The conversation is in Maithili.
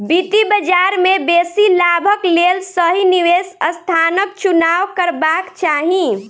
वित्तीय बजार में बेसी लाभक लेल सही निवेश स्थानक चुनाव करबाक चाही